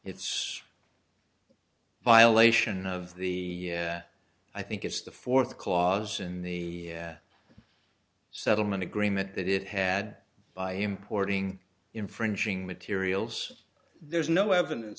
it's violation of the i think it's the fourth clause in the settlement agreement that it had by importing infringing materials there's no evidence